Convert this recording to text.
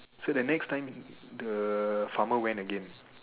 so the next time the farmer went again